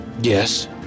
Yes